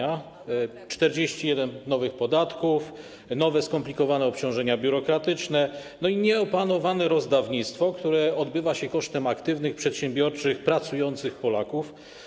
Albo... 41 nowych podatków, nowe, skomplikowane obciążenia biurokratyczne i nieopanowane rozdawnictwo, które odbywa się kosztem aktywnych, przedsiębiorczych, pracujących Polaków.